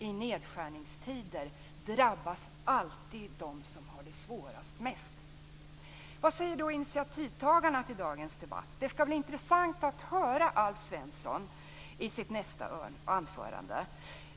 I nedskärningstider drabbas alltid de som har det svårast mest. Vad säger då initiativtagarna till dagens debatt? Det ska bli intressant att höra Alf Svensson i hans nästa anförande.